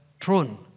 throne